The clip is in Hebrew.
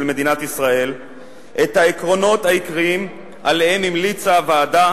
מדינת ישראל את העקרונות העיקריים שעליהם המליצה הוועדה